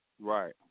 Right